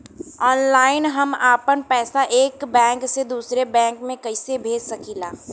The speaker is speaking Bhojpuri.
ऑनलाइन हम आपन पैसा एक बैंक से दूसरे बैंक में कईसे भेज सकीला?